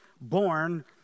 born